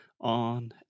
on